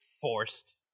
Forced